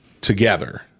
together